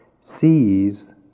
sees